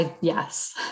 Yes